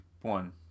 one